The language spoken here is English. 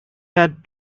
had